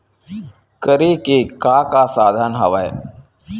करे के का का साधन हवय?